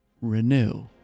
renew